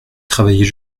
travailler